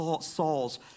Saul's